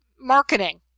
marketing